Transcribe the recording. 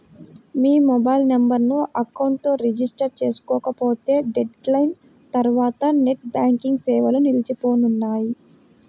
మీ mobile నెంబర్ను account తో register చేసుకోకపోతే డెడ్ లైన్ తర్వాత నెట్ బ్యాంకింగ్ సేవలు నిలిచిపోనున్నాయి